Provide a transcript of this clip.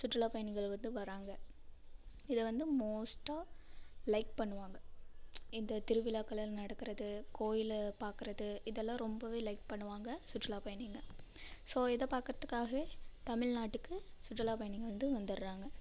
சுற்றுலா பயணிகள் வந்து வராங்க இதை வந்து மோஸ்ட்டாக லைக் பண்ணுவாங்க இந்த திருவிழாக்களை நடக்கிறது கோயிலை பார்க்கிறது இதெல்லாம் ரொம்பவே லைக் பண்ணுவாங்க சுற்றுலா பயணிங்கள் ஸோ இதை பார்க்கிறதுக்காகவே தமிழ்நாட்டுக்கு சுற்றுலா பயணிங்கள் வந்து வந்திடறாங்க